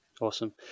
Awesome